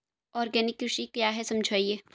Organic कृषि क्या है समझाइए?